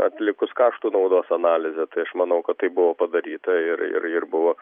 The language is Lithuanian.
atlikus kaštų naudos analizę tai aš manau kad tai buvo padaryta ir ir ir buvo